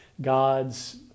God's